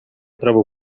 trobo